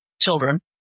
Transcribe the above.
children